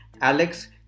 Alex